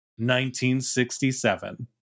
1967